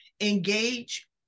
engage